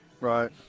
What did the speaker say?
Right